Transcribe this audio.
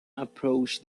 approached